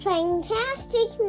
Fantastic